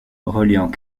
reliant